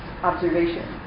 observation